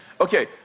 Okay